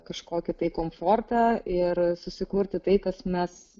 kažkokį tai komfortą ir susikurti tai kas mes